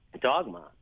dogma